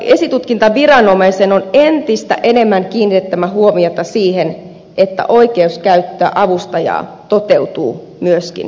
esitutkintaviranomaisen on entistä enemmän kiinnitettävä huomiota siihen että oikeus käyttää avustajaa toteutuu myöskin käytännössä